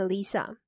Lisa